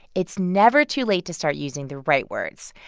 it's never too late to start using the right words.